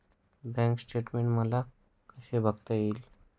Bank statement मला कसे बघता येईल?